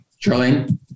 Charlene